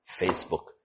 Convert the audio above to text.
Facebook